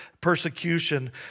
persecution